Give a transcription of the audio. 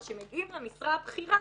וכשמגיעים למשרה הבכירה,